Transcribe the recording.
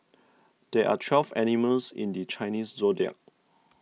there are twelve animals in the Chinese zodiac